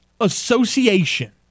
Association